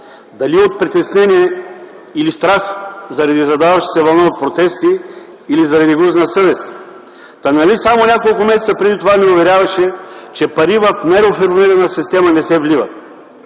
Дали заради притеснения или страх пред задаващата се вълна от протести, или заради гузна съвест?! Та нали само няколко месеца преди това ни уверяваше, че пари в нереформирана система не се вливат?!